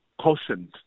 cautioned